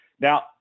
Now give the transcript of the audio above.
Now